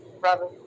brother